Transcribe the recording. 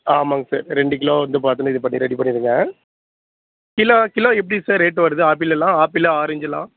ஆமாங்க சார் ரெண்டு கிலோ வந்து பாத்தோனா இது பண்ணி ரெடி பண்ணிடுங்க கிலோ கிலோ எப்படி சார் ரேட்டு வருது ஆப்பிளெல்லாம் ஆப்பிளு ஆரஞ்செல்லாம்